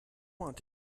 want